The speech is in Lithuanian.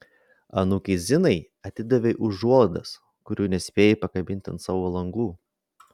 anūkei zinai atidavei užuolaidas kurių nespėjai pakabinti ant savo langų